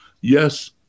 Yes